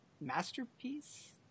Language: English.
masterpiece